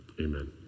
amen